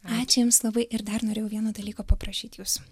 ačiū jums labai ir dar norėjau vieno dalyko paprašyt jūsų